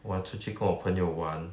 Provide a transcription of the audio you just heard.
我要出去跟我朋友玩